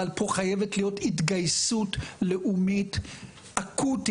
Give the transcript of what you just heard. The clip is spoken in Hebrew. אבל פה חייבת להיות התגייסות לאומית אקוטית